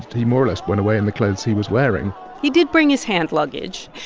he more-or-less went away in the clothes he was wearing he did bring his hand luggage.